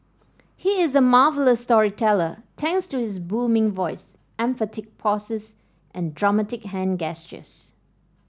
he is a marvellous storyteller thanks to his booming voice emphatic pauses and dramatic hand gestures